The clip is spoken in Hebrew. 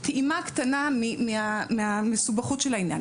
טעימה קטנה מהמסובכוּת של העניין.